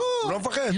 לא מפחד?